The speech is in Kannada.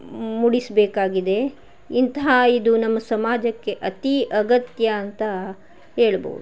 ಮೂಡಿಸಬೇಕಾಗಿದೆ ಇಂತಹ ಇದು ನಮ್ಮ ಸಮಾಜಕ್ಕೆ ಅತೀ ಅಗತ್ಯ ಅಂತ ಹೇಳ್ಬವ್ದು